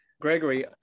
Gregory